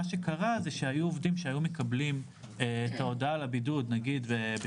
מה שקרה זה שהיו עובדים שהיו מקבלים את ההודעה על הבידוד ב-12:00,